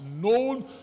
Known